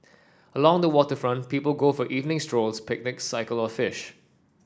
along the waterfront people go for evening strolls picnics cycle or fish